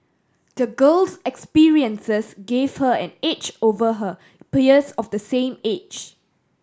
the girl's experiences gave her an edge over her peers of the same age